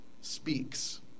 speaks